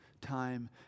time